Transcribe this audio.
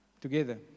together